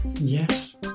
yes